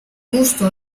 gusto